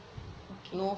okay